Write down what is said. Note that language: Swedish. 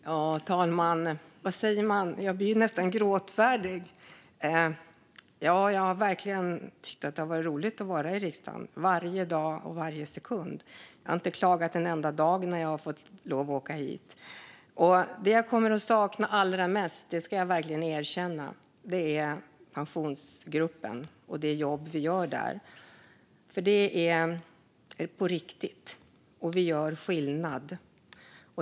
Fru talman! Vad säger man? Jag blir nästan gråtfärdig. Jag har verkligen tyckt att det har varit roligt att vara i riksdagen, varje dag och varje sekund. Jag har inte klagat en enda dag när jag har fått lov att åka hit. Jag ska erkänna att det jag kommer att sakna allra mest är Pensionsgruppen och det jobb vi gör där. Det är på riktigt, och vi gör skillnad.